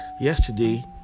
yesterday